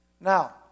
Now